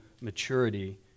maturity